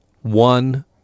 One